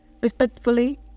Respectfully